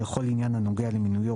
לכל עניין הנוגע למינויו